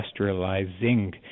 industrializing